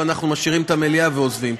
ואנחנו משאירים את המליאה ועוזבים.